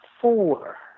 four